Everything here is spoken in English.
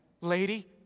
lady